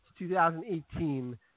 2018